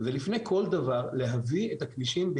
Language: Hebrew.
זה לפני כל דבר להביא את הכבישים של